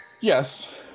yes